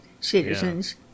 citizens